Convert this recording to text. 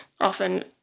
often